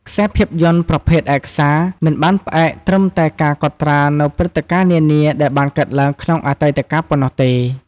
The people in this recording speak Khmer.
ខ្សែភាពយន្តប្រភេទឯកសារ មិនបានផ្អែកត្រឹមតែការកត់ត្រានូវព្រឹត្តិការណ៍នានាដែលបានកើតឡើងក្នុងអតីតកាលប៉ុណ្ណោះទេ។